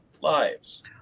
lives